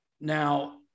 Now